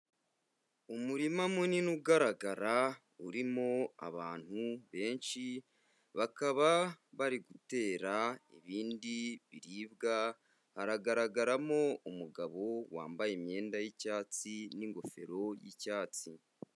Umurima munini ugaragara urimo abantu benshi, bakaba bari gutera ibindi biribwa, haragaragaramo umugabo wambaye imyenda y'icyatsi n'ingofero y'icyatsi.